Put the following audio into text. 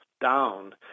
down